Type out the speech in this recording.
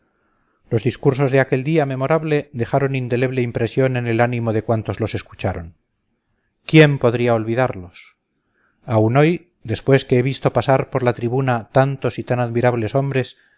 los discursos de aquel día memorable dejaron indeleble impresión en el ánimo de cuantos los escucharon quién podría olvidarlos aún hoy después que he visto pasar por la tribuna tantos y tan admirables hombres